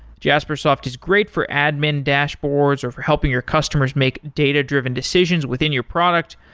jaspersoft is great for admin dashboards or for helping your customers make data-driven decisions within your product,